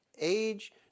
age